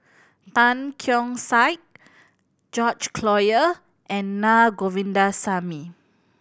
Tan Keong Saik George Collyer and Naa Govindasamy